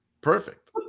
Perfect